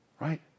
right